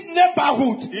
neighborhood